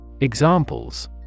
Examples